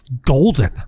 golden